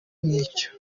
nk’icyo